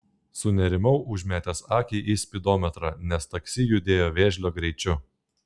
sunerimau užmetęs akį į spidometrą nes taksi judėjo vėžlio greičiu